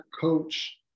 coach